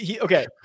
Okay